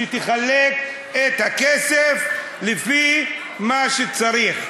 שתחלק את הכסף לפי מה שצריך.